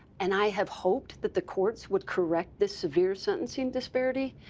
and i have hoped that the courts would correct this severe sentencing disparity.